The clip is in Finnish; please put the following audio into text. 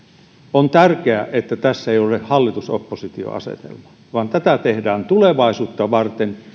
on tärkeää että tässä ei ole hallitus oppositio asetelmaa vaan tätä tehdään tulevaisuutta varten